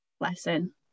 lesson